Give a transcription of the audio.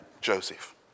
Joseph